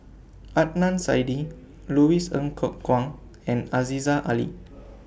Adnan Saidi Louis Ng Kok Kwang and Aziza Ali